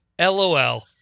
LOL